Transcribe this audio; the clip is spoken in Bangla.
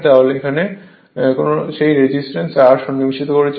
কারণ এখানে আমরা সেই রেজিস্ট্যান্স R সন্নিবেশিত করেছি